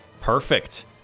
Perfect